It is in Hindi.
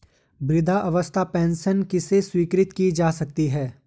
वृद्धावस्था पेंशन किसे स्वीकृत की जा सकती है?